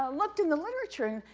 ah looked in the literature,